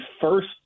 first